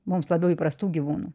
mums labiau įprastų gyvūnų